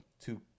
two